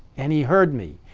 and he heard me,